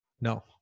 No